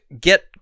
get